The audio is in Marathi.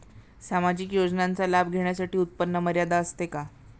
सामाजिक योजनांचा लाभ घेण्यासाठी उत्पन्न मर्यादा असते का?